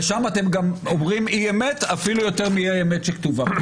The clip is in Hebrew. ושם אתם גם אומרים אי-אמת אפילו יותר מאי-האמת שכתובה.